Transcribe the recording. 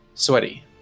sweaty